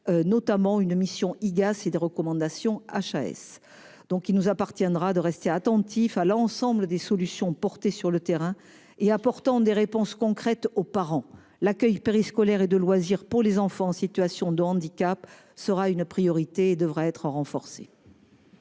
la Haute Autorité de santé (HAS). Il nous appartiendra de rester attentifs à l'ensemble des expériences menées sur le terrain qui apportent des réponses concrètes aux parents. L'accueil périscolaire et de loisirs pour les enfants en situation de handicap sera une priorité et devra être renforcé.